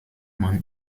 man